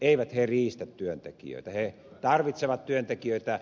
eivät he riistä työntekijöitä he tarvitsevat työntekijöitä